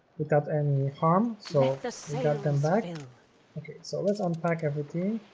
without any harm so just imagine okay so let's unpack everything